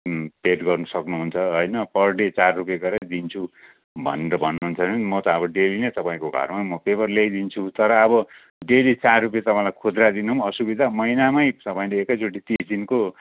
paid गर्नु सक्नुहुन्छ होइन पर डे चार रुपियाँ गरेर दिन्छु भनेर भन्नुहुन्छ भने पनि म त अब डेली नै तपाईँको घरमा म पेपर ल्याइदिन्छु तर अब डेली चार रुपियाँ तपाईँलाई खुद्रा दिनु पनि असुविधा महिनामै तपाईँले एकैचोटि तिस दिनको